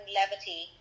levity